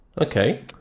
Okay